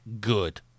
good